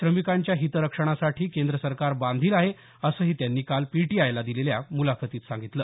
श्रमिकांच्या हितरक्षणासाठी केंद्र सरकार बांधील आहे असंही त्यांनी काल पीटीआयला दिलेल्या मुलाखतीत सांगितलं